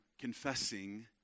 confessing